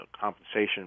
compensation